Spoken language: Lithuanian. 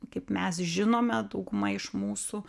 kaip mes žinome dauguma iš mūsų